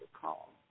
call